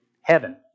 heaven